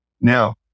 Now